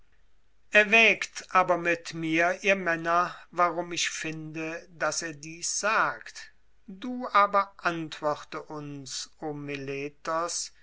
erwägt aber mit mir ihr männer warum ich finde daß er dies sagt du aber antworte uns o meletos